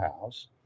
house